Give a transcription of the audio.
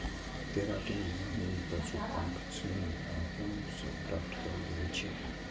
keratin विभिन्न पशुक पंख, सींग आ ऊन सं प्राप्त कैल जाइ छै